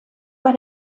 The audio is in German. bei